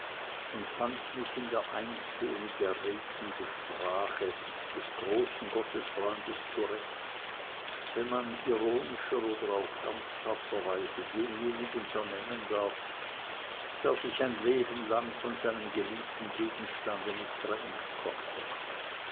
und fand mich in der eintönig erregten sprache des großen gottesfreundes zurecht wenn man ironischer oder auch ernsthafterweise denjenigen so nennen darf der sich ein leben lang von seinem geliebten gegenstande nicht trennen konnte